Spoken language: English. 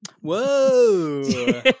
Whoa